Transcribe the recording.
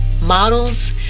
models